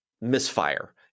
misfire